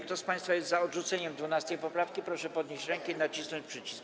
Kto z państwa jest za odrzuceniem 12. poprawki, proszę podnieść rękę i nacisnąć przycisk.